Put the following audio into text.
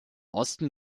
osten